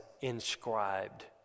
inscribed